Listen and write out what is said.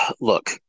look